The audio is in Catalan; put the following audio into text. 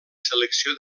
selecció